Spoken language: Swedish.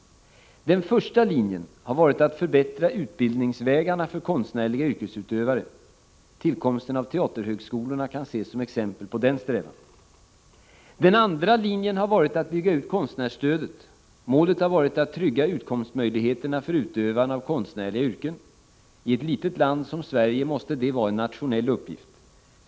Den första linjen har varit att förbättra utbildningsvägarna för konstnärliga yrkesutövare. Tillkomsten av teaterhögskolorna kan ses som exempel på den strävan. Den andra linjen har varit att bygga ut konstnärsstödet. Målet har varit att trygga utkomstmöjligheterna för utövarna av konstnärliga yrken. I ett litet land som Sverige måste detta vara en nationell uppgift.